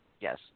Yes